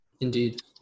Indeed